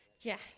yes